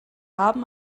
haben